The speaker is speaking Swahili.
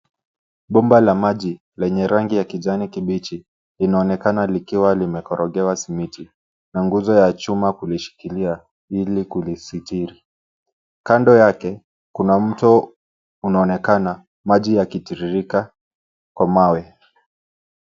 Bomba la maji lenye rangi ya kijani kibichi linaonekana likiwa limekorogewa simiti na nguzo ya chuma kulishikilia ili kulistili. Kando yake kuna mto unaonekana maji yakitiririka kwa mawe.